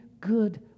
good